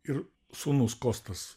ir sūnus kostas